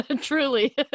truly